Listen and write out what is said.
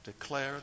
Declare